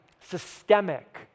systemic